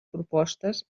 propostes